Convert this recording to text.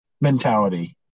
mentality